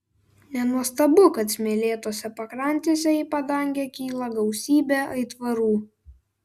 nenuostabu kad smėlėtose pakrantėse į padangę kyla gausybė aitvarų